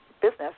Business